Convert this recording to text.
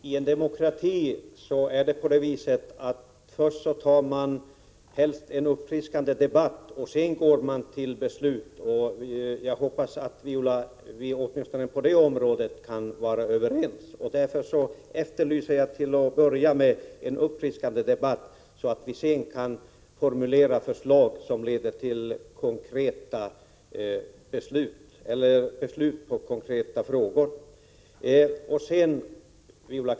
Herr talman! I en demokrati för man helst först en uppfriskande debatt, och sedan går man till beslut. Jag hoppas att Viola Claesson och jag åtminstone på det området kan vara överens. Jag efterlyser till att börja med en stimulerande debatt, så att vi sedan kan formulera förslag som leder till beslut i konkreta frågor.